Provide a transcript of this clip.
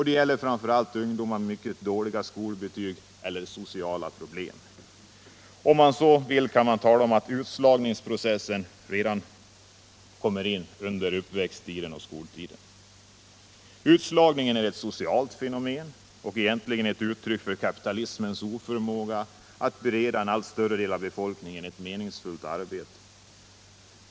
Det gäller framför allt ungdomar med dåliga skolbetyg eller sociala problem. Om man så vill kan man tala om att utslagningsprocessen börjar redan under uppväxtåren och skoltiden. Utslagningen är ett socialt fenomen och egentligen ett uttryck för kapitalismens oförmåga att bereda en allt större del av befolkningen ett 69 meningsfullt arbete.